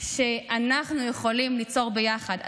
שאנחנו יכולים ליצור ביחד.